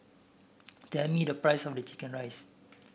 tell me the price of the chicken rice